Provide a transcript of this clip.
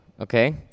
okay